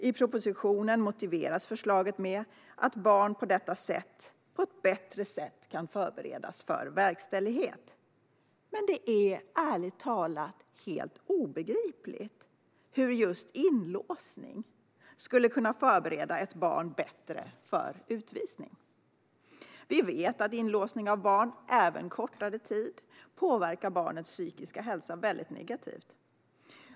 I propositionen motiveras förslaget med att barn på detta sätt bättre kan förberedas för en verkställighet. Det är ärligt talat helt obegripligt hur just inlåsning skulle kunna förbereda ett barn bättre för en utvisning. Vi vet att inlåsning av barn, även på kortare tid, påverkar barnets psykiska hälsa väldigt negativt.